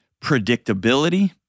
predictability